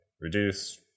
reduce